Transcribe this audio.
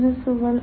ബിസിനസുകൾ